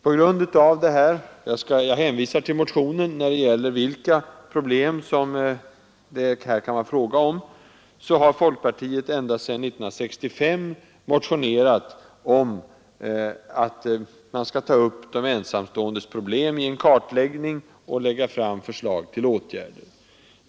Folkpartiet har ända sedan 1965 motionerat om att man skall ta upp de ensamståendes situation — jag hänvisar till motionen när det gäller vilka svårigheter det här kan vara fråga om — i en kartläggning och lägga fram förslag till åtgärder.